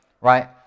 right